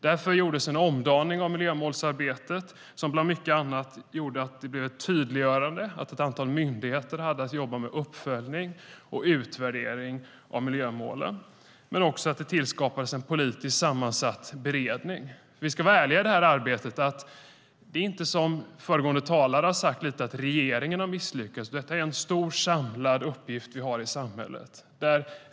Därför gjordes en omdaning av miljömålsarbetet som bland mycket annat gjorde att det blev ett tydliggörande att ett antal myndigheter hade att jobba med uppföljning och utvärdering av miljömålen men också att det tillskapades en politiskt sammansatt beredning. Vi ska ärliga när det gäller detta arbete. Det är inte som föregående talare har sagt, att regeringen har misslyckats, utan detta är en stor samlad uppgift som vi har i samhället.